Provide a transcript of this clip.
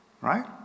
right